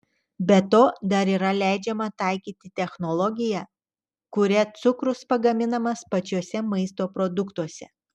be to dar yra leidžiama taikyti technologiją kuria cukrus pagaminamas pačiuose maisto produktuose